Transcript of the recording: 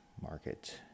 market